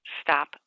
Stop